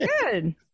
good